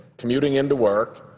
commuting into work,